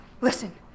listen